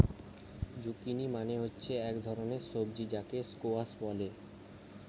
zucchini মানে হচ্ছে এক ধরণের সবজি যাকে স্কোয়াস বলে